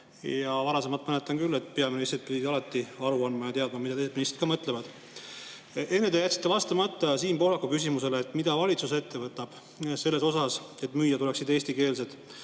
Varasemast mäletan küll, et peaministrid pidid alati aru andma ja teadma, mida teised ministrid mõtlevad. Enne te jätsite vastamata Siim Pohlaku küsimusele, mida valitsus ette võtab selleks, et müüjad oleksid eestikeelsed.